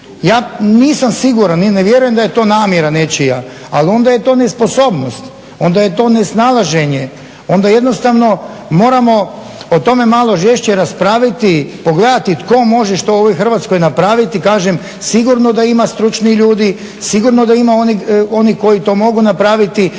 Ja nisam siguran i ne vjerujem da je to namjera nečija, ali onda je to nesposobnost, onda je to nesnalaženje, onda jednostavno moramo o tome malo žešće raspraviti i pogledati tko može što u ovoj Hrvatskoj napraviti. Kažem, sigurno da ima stručnih ljudi, sigurno da ima onih koji to mogu napraviti